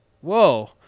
whoa